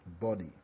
body